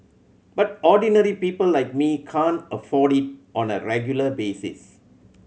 but ordinary people like me can't afford it on a regular basis